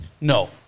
No